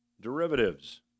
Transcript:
derivatives